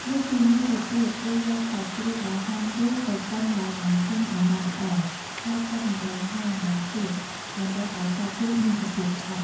លើសពីនេះទៅទៀត គេយកសាច់ជ្រូកដែលហាន់រួចទៅកិនដោយម៉ាស៊ីនឱ្យម៉ត់ល្អ ហើយកិនម្ដងហើយម្ដងទៀត ដើម្បីឱ្យសាច់ជ្រូកមានសភាពស្អិត។